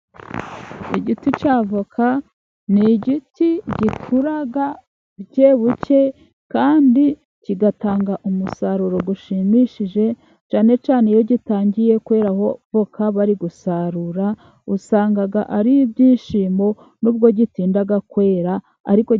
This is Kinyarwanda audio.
Igiti cy'avoka ni igiti gikura buke buke kandi kigatanga umusaruro ushimishije, cyane cyane iyo gitangiye kweraho voka bari gusarura usanga ari ibyishimo nubwo gitinda kwera ariko....